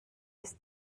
ist